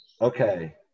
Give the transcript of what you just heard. Okay